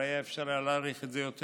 הרי היה אפשר להאריך את זה יותר.